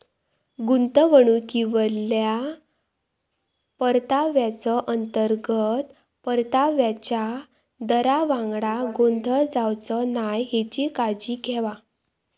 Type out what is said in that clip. गुंतवणुकीवरल्या परताव्याचो, अंतर्गत परताव्याच्या दरावांगडा गोंधळ जावचो नाय हेची काळजी घेवा